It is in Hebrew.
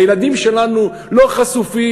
הילדים שלנו לא חשופים.